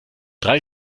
drei